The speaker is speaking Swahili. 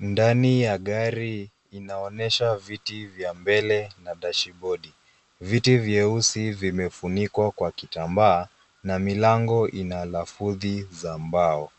Ndani ya gari inaonyesha viti vya mbele na dashibodi. Viti vya vyeusi vimefunikwa kwa vitambaa na milango ina lafudhi za mbao.